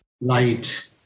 light